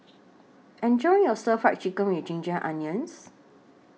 Enjoy your Stir Fry Chicken with Ginger Onions